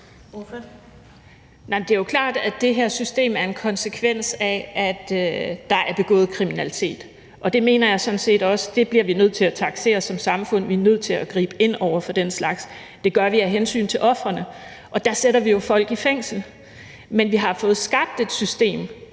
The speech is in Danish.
Det er jo klart, at det her system er en konsekvens af, at der er begået kriminalitet, og det mener jeg sådan set også vi bliver nødt til at taksere som samfund. Vi er nødt til at gribe ind over for den slags, og det gør vi af hensyn til ofrene, og der sætter vi jo folk i fængsel. Men vi har fået skabt et system,